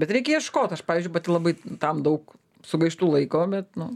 bet reikia ieškot aš pavyzdžiui pati labai tam daug sugaištu laiko bet nu